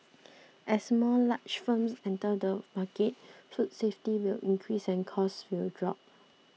as more large firms enter the market food safety will increase and costs will drop